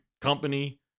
company